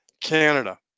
Canada